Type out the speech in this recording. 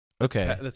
Okay